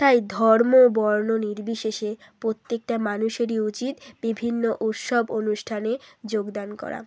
তাই ধর্ম বর্ণ নির্বিশেষে প্রত্যেকটা মানুষেরই উচিত বিভিন্ন উৎসব অনুষ্ঠানে যোগদান করা